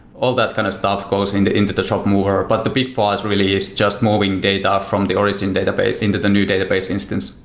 all that kind of stuff goes into into the shop mover, but the big part really is just moving data from the origin database into the new database instance.